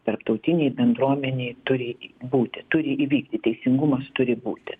tarptautinei bendruomenei turi būti turi įvykti teisingumas turi būti